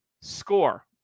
score